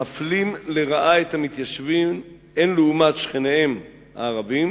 מפלים לרעה את המתיישבים הן לעומת שכניהם הערבים